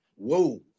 Whoa